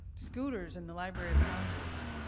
scooters in the library of congress.